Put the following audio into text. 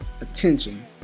attention